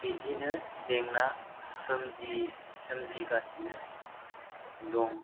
बिदिनो जेंना सोमजिगासिनो दं